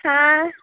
हॅं